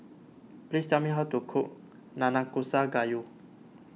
please tell me how to cook Nanakusa Gayu